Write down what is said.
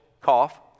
cough